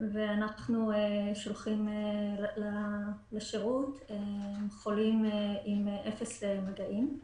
ואנחנו שולחים לשירות חולים עם אפס מגעים.